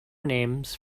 names